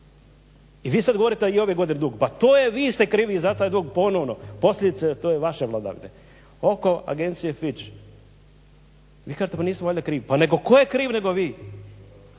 I vi sad govorite i ove godine dug. Pa to je, vi ste krivi i za taj dug ponovno. Posljedica to je vaše vladavine. Oko agencije FITCH vi kažete pa nismo valjda krivi, pa nego tko je kriv nego vi?